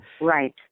Right